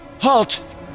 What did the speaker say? Halt